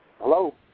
Hello